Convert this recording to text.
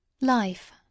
Life